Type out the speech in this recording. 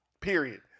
Period